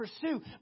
pursue